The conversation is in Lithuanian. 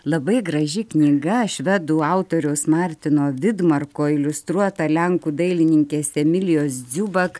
labai graži knyga švedų autoriaus martino vidmarko iliustruota lenkų dailininkės emilijos dziūbak